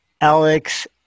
Alex